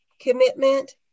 commitment